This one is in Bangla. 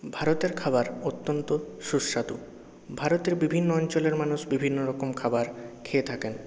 ভারতের খাবার অত্যন্ত সুস্বাদু ভারতের বিভিন্ন অঞ্চলের মানুষ বিভিন্ন রকম খাবার খেয়ে থাকেন